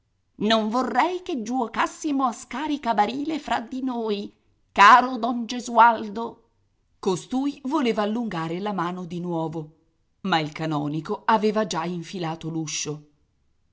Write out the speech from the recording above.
non vorrei che giuocassimo a scarica barile fra di noi caro don gesualdo costui voleva allungare la mano di nuovo ma il canonico aveva già infilato